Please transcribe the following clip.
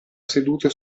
seduto